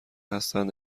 هستند